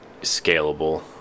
scalable